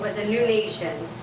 was a new nation.